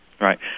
Right